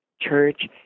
church